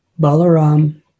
Balaram